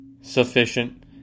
sufficient